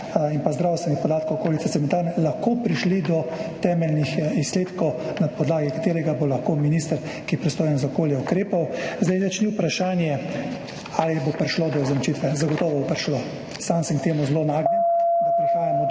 in pa zdravstvenih podatkov okolice cementarne, lahko prišli do temeljnih izsledkov, na podlagi katerih bo lahko minister, ki je pristojen za okolje, ukrepal. Zdaj več ni vprašanje, ali bo prišlo do izenačitve. Zagotovo bo prišlo. Sam sem temu zelo naklonjen, da prihajamo do